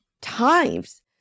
times